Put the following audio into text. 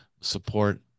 support